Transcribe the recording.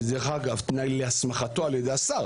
שזה, דרך אגב, תנאי להסמכתו על ידי השר